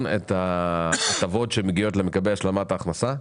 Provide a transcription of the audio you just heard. גם את ההטבות שמגיעות לכל מקבלי השלמת ההכנסה?